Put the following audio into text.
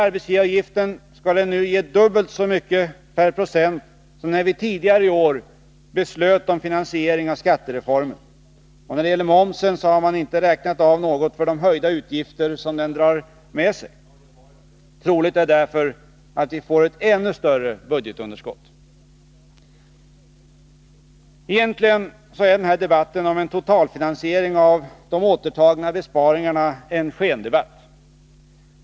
Arbetsgivaravgiften skall nu ge dubbelt så mycket per procent som när vi tidigare i år beslöt om finansiering av skattereformen. Och när det gäller momsen har man inte räknat av något för de höjda utgifter som den drar med sig. Troligt är därför att vi får ett ännu större budgetunderskott. Egentligen är den här debatten om en totalfinansiering av de återtagna besparingarna en skendebatt.